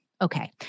Okay